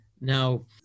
Now